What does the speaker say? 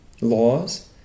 laws